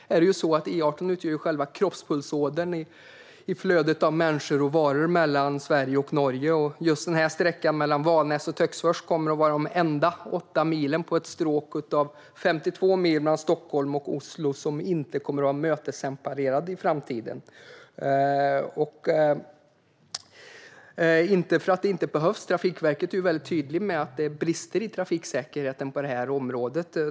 Just sträckan mellan Valnäs och Töcksfors kommer att vara de enda 8 milen på en sträcka på 52 mil mellan Stockholm och Oslo som inte kommer att vara mötesseparerade i framtiden. Det beror inte på att det inte behövs - på Trafikverket är man mycket tydligt med att det finns brister i trafiksäkerheten i det området.